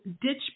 ditch